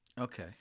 Okay